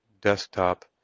desktop